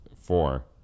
four